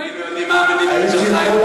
עוד מעט, סביבון אומר לי של נעליך.